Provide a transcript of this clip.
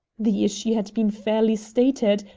the issue had been fairly stated,